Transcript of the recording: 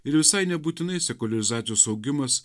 ir visai nebūtinai sekuliarizacijos augimas